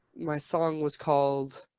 my song was called